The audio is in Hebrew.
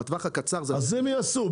אז הם יעשו.